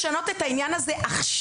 אתם רוצים לשנות את העניין הזה עכשיו?